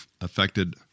affected